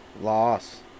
loss